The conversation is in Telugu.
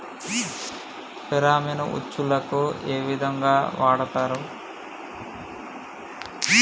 ఫెరామన్ ఉచ్చులకు ఏ విధంగా వాడుతరు?